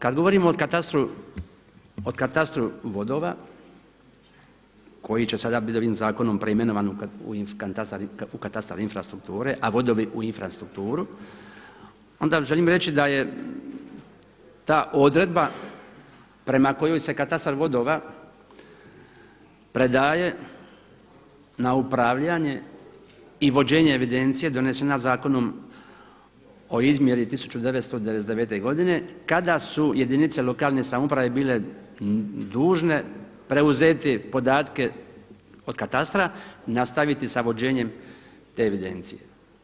Kad govorimo o katastru vodova koji će sada biti ovim zakonom preimenovan u katastar infrastrukture, a vodovi u infrastrukturu, onda želim reći da je ta odreda prema kojoj se katastar vodova predaje na upravljanje i vođenje evidencije donesena Zakonom o izmjeri 1999. godine kada su jedinice lokalne samouprave bile dužne preuzeti podatke od katastra i nastaviti s vođenjem te evidencije.